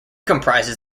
comprises